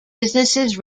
businesses